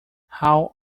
how